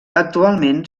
actualment